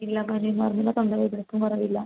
ഇല്ല പനിയും മാറുന്നില്ല തൊണ്ട വേദനക്കും കുറവില്ല